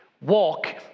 Walk